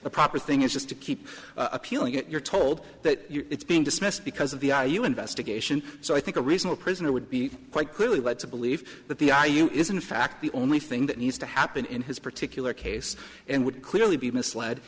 the proper thing is just to keep appealing it you're told that it's being dismissed because of the iou investigation so i think a reasonable prisoner would be quite clearly led to believe that the are you is in fact the only thing that needs to happen in his particular case and would clearly be misled